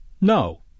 no